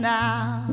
now